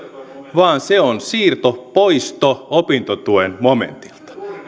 vaan se on siirto poisto opintotuen momentilta